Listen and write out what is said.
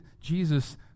Jesus